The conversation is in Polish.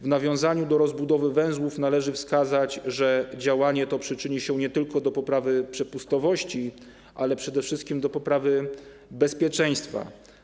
W nawiązaniu do rozbudowy węzłów należy wskazać, że działanie to przyczyni się nie tylko do poprawy przepustowości, ale przede wszystkim do poprawy bezpieczeństwa.